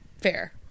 Fair